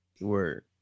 Word